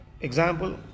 Example